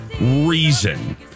reason